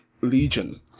Legion